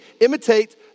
Imitate